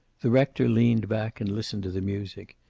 the rector leaned back, and listened to the music.